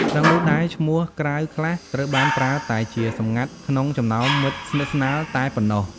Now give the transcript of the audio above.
ក្នុងនោះដែរ ឈ្មោះក្រៅខ្លះត្រូវបានប្រើតែជាសម្ងាត់ក្នុងចំណោមមិត្តស្និទ្ធស្នាលតែប៉ុណ្ណោះ។